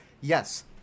Yes